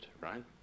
right